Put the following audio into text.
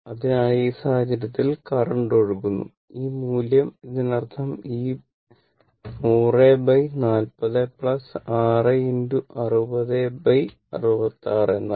അതിനാൽ ആ സാഹചര്യത്തിൽ കറന്റ് ഒഴുകുന്നു ഈ മൂല്യം ഇതിനർത്ഥം ഈ 100 40 6 60 66 എന്നാണ്